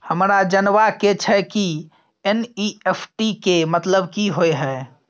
हमरा जनबा के छै की एन.ई.एफ.टी के मतलब की होए है?